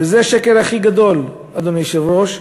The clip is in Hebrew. וזה השקר הכי גדול, אדוני היושב-ראש,